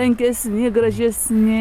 tankesni gražesni